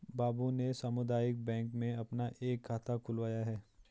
बाबू ने सामुदायिक बैंक में अपना एक खाता खुलवाया है